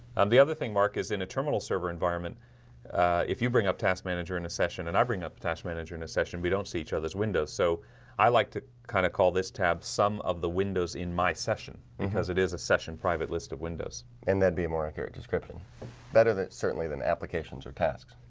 um the other thing mark is in a terminal server environment if you bring up task manager in a session and i bring up attach manager in a session. we don't see each other's windows so i like to kind of call this tab some of the windows in my session because it is a session private list of windows and that'd be a more accurate description better than certainly than applications or tasks.